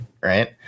right